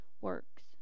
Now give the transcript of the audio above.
works